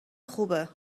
خوبه